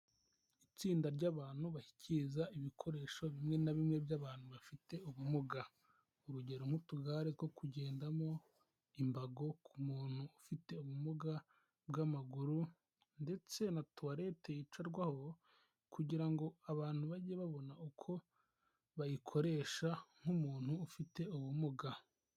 Itsinda ry'abantu bashyikiriza ibikoresho bimwe na bimwe by'abantu bafite ubumuga. Urugero nk'utugare two kugendamo imbago ku muntu ufite ubumuga bw'amaguru, ndetse na tuwarete yicarwaho kugira ngo abantu bajye babona uko bayikoresha nk'umuntu ufite ubumuga.